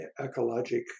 ecologic